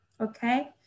Okay